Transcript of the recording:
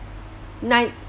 nine